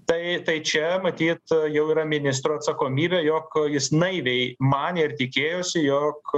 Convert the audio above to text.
tai tai čia matyt jau yra ministro atsakomybė jog jis naiviai manė ir tikėjosi jog